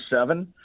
seven